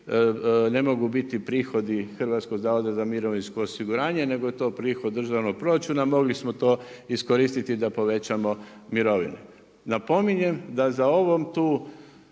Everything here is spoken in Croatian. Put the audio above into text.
ne mogu biti prihodi HZMO-a nego je to prihod državnog proračuna a mogli smo to iskoristiti da povećamo mirovine. Napominjem da za ovom tu